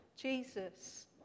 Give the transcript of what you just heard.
Jesus